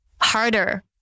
harder